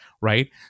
right